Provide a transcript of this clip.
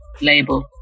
label